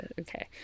okay